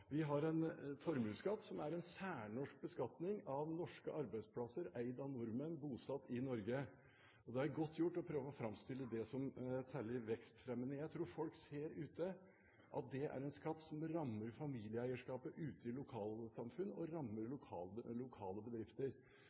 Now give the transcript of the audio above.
Vi har en formuesskatt som er en særnorsk beskatning av norske arbeidsplasser eid av nordmenn bosatt i Norge, og det er godt gjort å prøve å framstille det som særlig vekstfremmende. Jeg tror folk ser at det er en skatt som rammer familieeierskapet ute i lokalsamfunn, og det rammer lokale bedrifter.